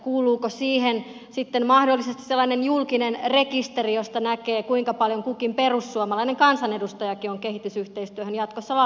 kuuluuko siihen sitten mahdollisesti sellainen julkinen rekisteri josta näkee kuinka paljon kukin perussuomalainen kansanedustajakin on kehitysyhteistyöhön jatkossa lahjoittanut